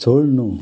छोड्नु